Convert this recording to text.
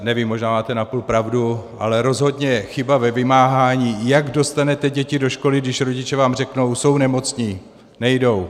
Nevím, možná máte napůl pravdu, ale rozhodně chyba ve vymáhání jak dostanete děti do školy, když rodiče vám řeknou: jsou nemocní, nejdou.